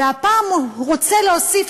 והפעם הוא רוצה להוסיף,